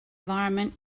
environment